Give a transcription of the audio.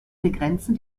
begrenzen